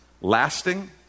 Lasting